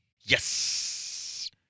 Yes